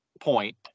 point